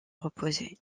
reposer